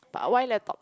but why laptop